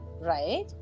right